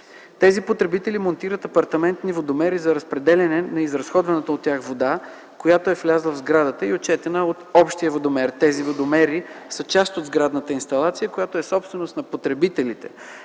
тези потребители монтират апартаментни водомери за разпределяне на изразходваната от тях вода, която е влязла в сградата и отчетена от общия водомер. Тези водомери са част от сградната инсталация, която е собственост на потребителите.